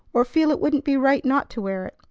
or feel it wouldn't be right not to wear it?